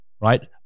right